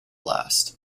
blast